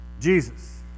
Jesus